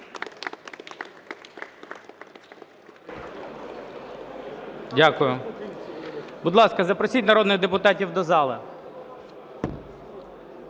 Дякую. Будь ласка, запросіть народних депутатів до зали.